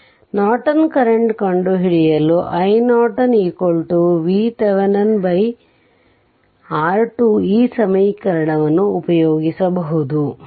ಆದ್ದರಿಂದ Norton current ಕಂಡುಹಿಡಿಯಲು iNorton VThevenin R2 ಈ ಸಮೀಕರಣವನ್ನು ಉಪಯೋಗಿಸಬಹುದು